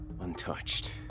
untouched